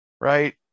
right